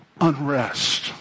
unrest